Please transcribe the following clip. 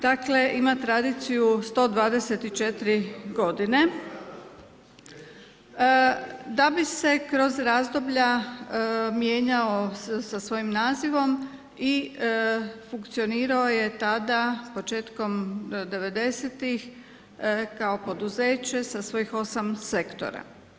Dakle, ima tradiciju 124 godine da bi se kroz razdoblja mijenjao sa svojim nazivom i funkcionirao je tada početkom 90-ih kao poduzeće sa svih 8 sektora.